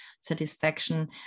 satisfaction